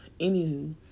anywho